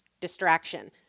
distraction